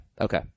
Okay